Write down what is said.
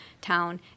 town